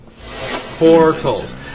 Portals